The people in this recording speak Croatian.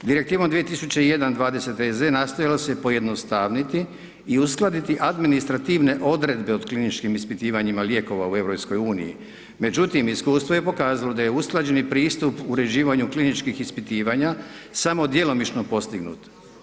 Direktiva 2001/20/EZ nastojalo se pojednostaviti i uskladiti administrativne odredbe o kliničkim ispitivanjima lijekova u EU, međutim, iskustvo je pokazalo da je usklađeni pristup uređivanja kliničkih ispitivanja samo djelomično postignut.